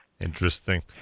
Interesting